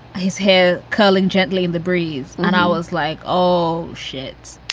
his hair curling gently in the breeze. and i was like, oh, shit